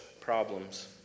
problems